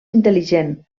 intel·ligent